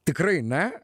tikrai ne